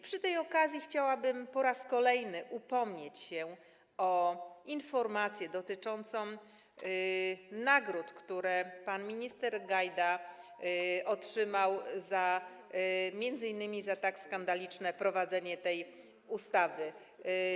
Przy tej okazji chciałabym po raz kolejny upomnieć się o informację dotyczącą nagród, które pan minister Gajda otrzymał m.in. za tak skandaliczne prowadzenie tej ustawy.